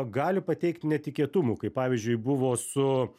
gali pateikt netikėtumų kaip pavyzdžiui buvo su